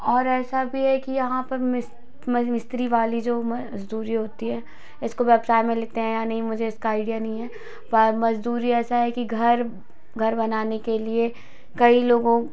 और ऐसा भी है कि यहाँ पर मिस मज मिस्त्री वाली जो मजदूरी होती है इसको व्यवसाय में लेते हैं या नहीं मुझे इसका आईडिया नहीं है पर मजदूरी ऐसा है कि घर घर बनाने के लिए कई लोगों